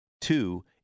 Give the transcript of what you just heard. Two